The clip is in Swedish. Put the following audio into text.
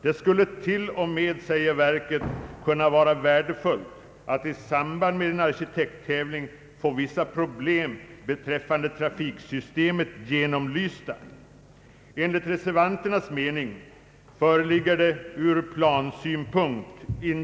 Det skulle t.o.m., säger verket, kunna vara värdefullt att i samband med en arkitekttävling få vissa problem beträffande trafiksystemet genomlysta.